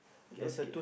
okay